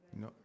no